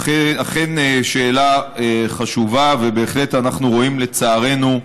אכן שאלה חשובה, ובהחלט אנחנו רואים, לצערנו,